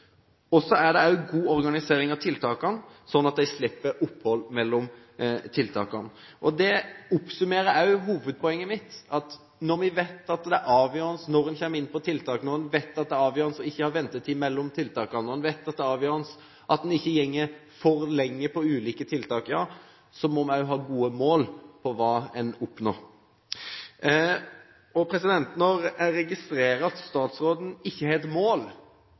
er det også god organisering av tiltakene, sånn at man slipper opphold mellom dem. Dette oppsummerer også hovedpoenget mitt. Når vi vet at det er avgjørende når man kommer inn på tiltak, når man vet at det er avgjørende at det ikke er ventetid mellom tiltakene, når man vet at det er avgjørende at man ikke går for lenge på ulike tiltak, så må vi ha gode mål på hva man vil oppnå. Når jeg registrerer at statsråden ikke har et mål